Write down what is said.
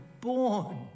born